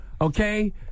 okay